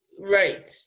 Right